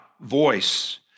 voice